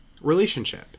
relationship